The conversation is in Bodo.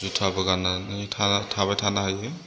जुथाबो गाननानै थाबाय थानो हायो